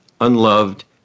unloved